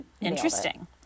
interesting